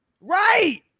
Right